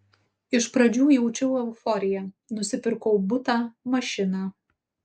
iš pradžių jaučiau euforiją nusipirkau butą mašiną